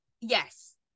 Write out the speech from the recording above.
Yes